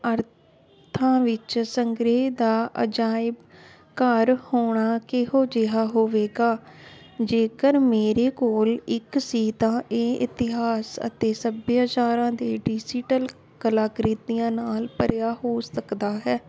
ਅਰਥਾਂ ਵਿੱਚ ਸੰਗ੍ਰਹਿ ਦਾ ਅਜਾਇਬ ਘਰ ਹੋਣਾ ਕਿਹੋ ਜਿਹਾ ਹੋਵੇਗਾ ਜੇਕਰ ਮੇਰੇ ਕੋਲ ਇੱਕ ਸੀਤਾ ਏ ਇਤਿਹਾਸ ਅਤੇ ਸੱਭਿਆਚਾਰਾਂ ਦੇ ਡਿਜ਼ੀਟਲ ਕਲਾਕ੍ਰਿਤੀਆਂ ਨਾਲ ਭਰਿਆ ਹੋ ਸਕਦਾ ਹੈ